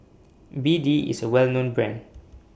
B D IS A Well known Brand